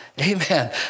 amen